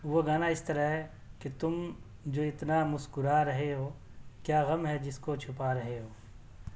وہ گانا اس طرح ہے کہ تم جو اتنا مسکرا رہے ہو کیا غم ہے جس کو چھپا رہے ہو